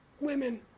women